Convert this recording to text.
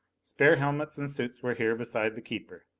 spare helmets and suits were here beside the keeper.